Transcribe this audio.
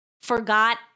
Forgot